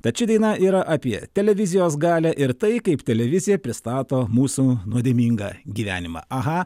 tad ši daina yra apie televizijos galią ir tai kaip televizija pristato mūsų nuodėmingą gyvenimą aha